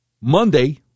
Monday